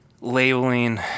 Labeling